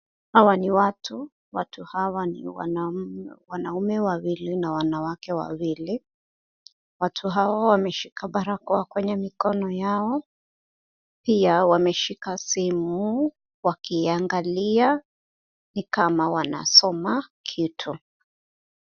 Hawa ni watu. Watu hawa ni wanaume wawili na wanawake wawili. Watu hao wameshika barakoa kwenye mikono yao. Pia wameshika simu wakiangalia ni kama wanasoma kitu.